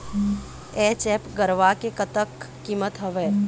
HF गरवा के कतका कीमत हवए?